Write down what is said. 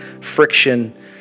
friction